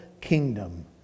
kingdom